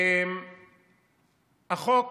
החוק